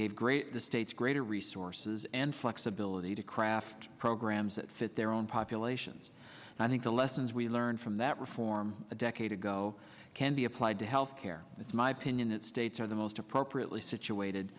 gave great the states greater resources and flexibility to craft programs that fit their own populations and i think the lessons we learned from that reform a decade ago can be applied to health care it's my opinion that states are the most appropriately situated